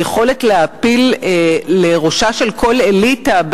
היכולת להעפיל לראשה של כל אליטה,